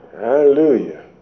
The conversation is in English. Hallelujah